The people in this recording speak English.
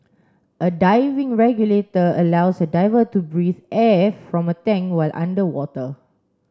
a diving regulator allows a diver to breathe air from a tank while underwater